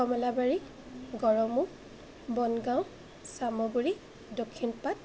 কমলাবাৰী গড়মূৰ বনগাঁও চামগুৰি দক্ষিণ পাট